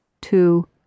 two